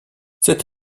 cette